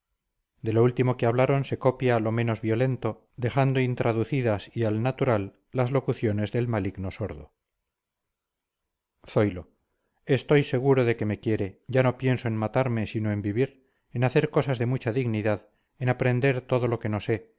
de lo último que hablaron se copia lo menos violento dejando intraducidas y al natural las locuciones del maligno sordo zoilo estoy seguro de que me quiere ya no pienso en matarme sino en vivir en hacer cosas de mucha dignidad en aprender todo lo que no sé